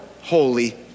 holy